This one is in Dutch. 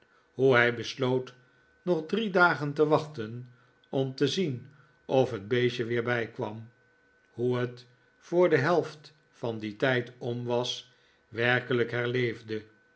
hoe hij besloot nog drie dagen te wachten om te zien of het beestje weer bijkwam hoe het voor de helft van dien tijd om was werkelijk herleefde